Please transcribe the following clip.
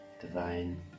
divine